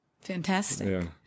Fantastic